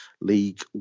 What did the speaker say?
League